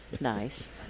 Nice